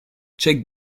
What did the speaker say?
check